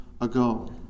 ago